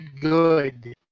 good